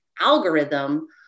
algorithm